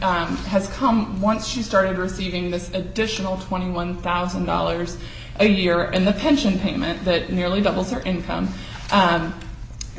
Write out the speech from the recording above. time has come once she started receiving this additional twenty one thousand dollars a year and the pension payment that nearly doubles her income